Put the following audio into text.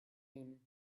him